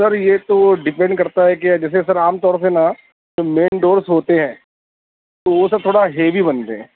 سر یہ تو ڈیپینڈ کرتا ہے کہ جیسے سر عام طور سے نا مین ڈورس ہوتے ہیں تو وہ سر تھوڑا ہیوی بنتے ہیں